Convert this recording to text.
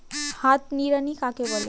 হাত নিড়ানি কাকে বলে?